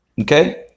okay